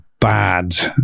bad